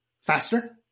faster